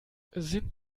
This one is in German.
sind